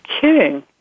kidding